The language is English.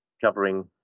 covering